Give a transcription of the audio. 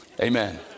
Amen